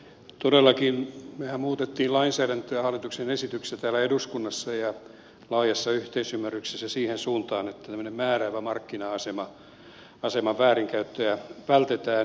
todellakin mehän muutimme lainsäädäntöä hallituksen esityksestä täällä eduskunnassa ja laajassa yhteisymmärryksessä siihen suuntaan että tämmöisen määräävän markkina aseman väärinkäyttöä vältetään